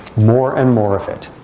more and more of it.